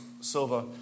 Silva